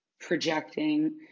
projecting